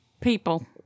people